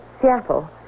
Seattle